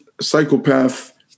Psychopath